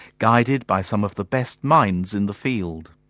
guided by some of the best minds in the field.